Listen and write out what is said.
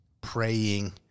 praying